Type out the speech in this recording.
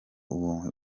uwo